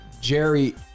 Jerry